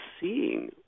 seeing